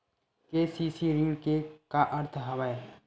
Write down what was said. KCC ऋण के का अर्थ हवय?